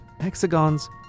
hexagons